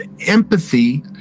empathy